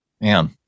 man